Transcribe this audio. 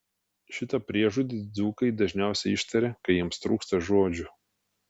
šitą priežodį dzūkai dažniausiai ištaria kai jiems trūksta žodžių